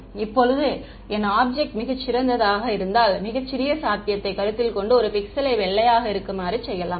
இப்போது என் ஆப்ஜெக்ட் மிகச் சிறியதாக இருந்தால் மிகச்சிறிய சாத்தியத்தை கருத்தில் கொண்டு ஒரு பிக்சளை வெள்ளையாக இருக்குமாறு செய்யலாம்